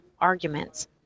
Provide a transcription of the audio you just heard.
arguments